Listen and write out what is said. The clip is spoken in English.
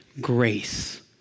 grace